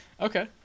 okay